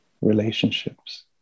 relationships